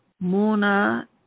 Mona